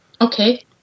Okay